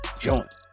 joint